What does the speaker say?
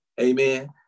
Amen